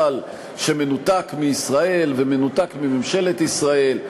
שמנותק מישראל ומנותק מממשלת ישראל,